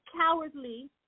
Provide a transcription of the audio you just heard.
cowardly